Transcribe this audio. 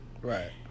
Right